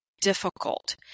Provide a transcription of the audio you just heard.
difficult